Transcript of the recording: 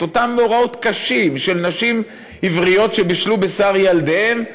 את אותם מאורעות קשים של נשים עבריות שבישלו בשר ילדיהן.